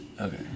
Okay